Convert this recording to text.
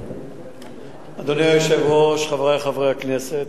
אדוני היושב-ראש, חברי חברי הכנסת,